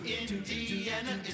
Indiana